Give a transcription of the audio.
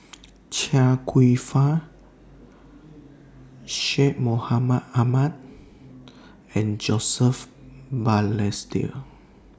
Chia Kwek Fah Syed Mohamed Ahmed and Joseph Balestier